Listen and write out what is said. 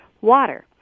water